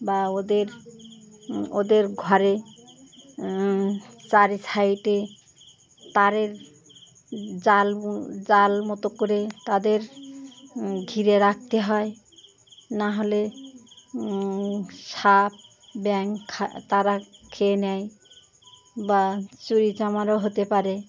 বা ওদের ওদের ঘরে চারি সাইডে তারের জাল জাল মতো করে তাদের ঘিরে রাখতে হয় নাহলে সাপ ব্যাং তারা খেয়ে নেয় বা চুরি চামারও হতে পারে